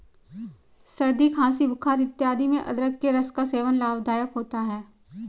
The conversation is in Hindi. सर्दी खांसी बुखार इत्यादि में अदरक के रस का सेवन लाभदायक होता है